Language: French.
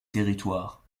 territoire